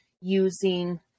using